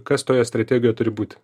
kas toje strategijoj turi būti